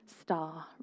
star